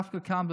דווקא כאן,